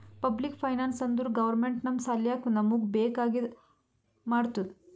public finance ಅಂದುರ್ government ನಮ್ ಸಲ್ಯಾಕ್ ನಮೂಗ್ ಬೇಕ್ ಆಗಿದ ಮಾಡ್ತುದ್